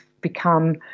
become